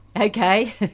Okay